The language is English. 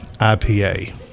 ipa